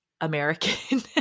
American